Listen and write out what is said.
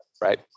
right